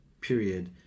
period